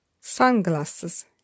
Sunglasses